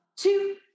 two